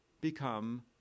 become